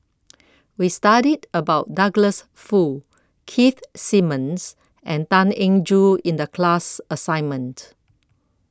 We studied about Douglas Foo Keith Simmons and Tan Eng Joo in The class assignment